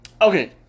Okay